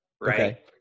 right